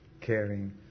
caring